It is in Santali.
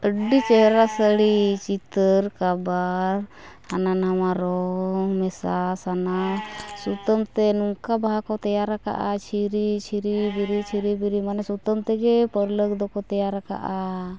ᱟᱹᱰᱤ ᱪᱮᱦᱨᱟ ᱥᱟᱹᱲᱤ ᱪᱤᱛᱟᱹᱨ ᱠᱟᱵᱷᱟᱨ ᱦᱟᱱᱟ ᱱᱟᱣᱟ ᱨᱚᱝ ᱢᱮᱥᱟ ᱥᱟᱱᱟ ᱥᱩᱛᱟᱹᱢᱛᱮ ᱱᱚᱝᱠᱟ ᱵᱟᱦᱟ ᱠᱚ ᱛᱮᱭᱟᱨ ᱟᱠᱟᱜᱼᱟ ᱡᱷᱤᱨᱤ ᱡᱷᱤᱨᱤ ᱵᱩᱨᱩ ᱡᱷᱤᱨᱤ ᱡᱷᱤᱨᱤ ᱵᱤᱨᱤ ᱢᱟᱱᱮ ᱥᱩᱛᱟᱹᱢ ᱛᱮᱜᱮ ᱯᱟᱹᱨᱞᱟᱹᱠ ᱫᱚᱠᱚ ᱛᱮᱭᱟᱨ ᱟᱠᱟᱜᱼᱟ